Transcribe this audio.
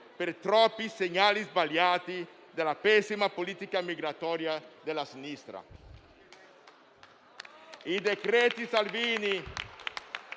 per i troppi segnali sbagliati di una pessima politica migratoria della sinistra.